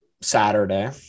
Saturday